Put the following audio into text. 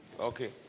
Okay